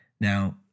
Now